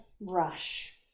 Rush